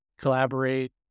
collaborate